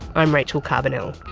i'm rachel carbonell.